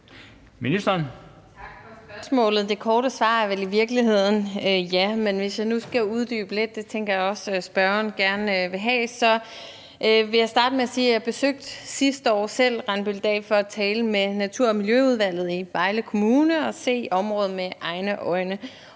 Wermelin): Tak for spørgsmålet. Det korte svar er vel i virkeligheden ja. Men hvis jeg nu skal uddybe lidt – det tænker jeg også spørgeren gerne vil have – vil jeg starte med at sige, at jeg sidste år selv besøgte Randbøldal for at tale med natur- og miljøudvalget i Vejle Kommune og se området med egne øjne.